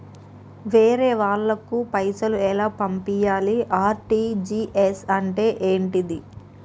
వేరే వాళ్ళకు పైసలు ఎలా పంపియ్యాలి? ఆర్.టి.జి.ఎస్ అంటే ఏంటిది?